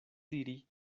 diri